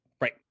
right